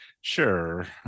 Sure